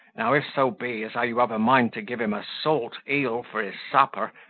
now, if so be as how you have a mind to give him a salt eel for his supper,